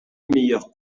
meilleur